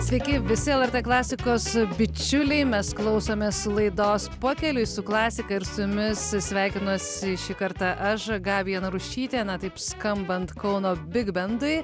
sveiki visi lrt klasikos bičiuliai mes klausomės laidos pakeliui su klasika ir su jumis sveikinuosi šį kartą aš gabija narušytė na taip skambant kauno bigbendui